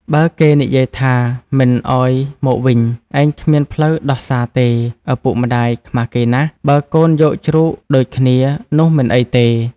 បើគេនិយាយថាមិនឱ្យមកវិញ ឯងគ្មានផ្លូវដោះសារទេ ឪពុកម្ដាយខ្មាសគេណាស់ បើកូនយកជ្រូកដូចគ្នានោះមិនអីទេ ។